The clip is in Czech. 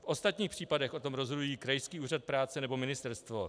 V ostatních případech o tom rozhodují krajský úřad práce nebo ministerstvo.